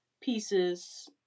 pieces